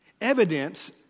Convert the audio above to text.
Evidence